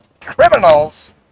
criminals